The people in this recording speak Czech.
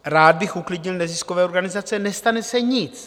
No, rád bych uklidnil neziskové organizace nestane se nic.